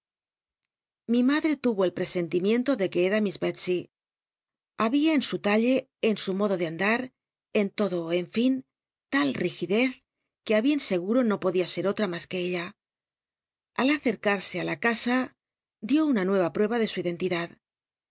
mad re tuvo el presen timiento que cr'a miss rclsey habia en sntal lc en su modo de andar en todo en fin lall'igidcz que á bien seguro no podía ser otra mas que ella al acercarse á la casa dió una mjc a pl'llcba de su iden